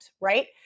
right